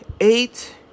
Eight